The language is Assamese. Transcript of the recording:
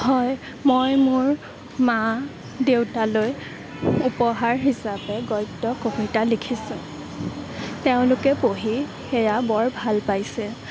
হয় মই মোৰ মা দেউতালৈ উপহাৰ হিচাপে গদ্য কবিতা লিখিছোঁ তেওঁলোকে পঢ়ি সেয়া বৰ ভাল পাইছে